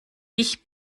ich